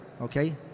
okay